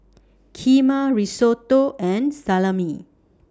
Kheema Risotto and Salami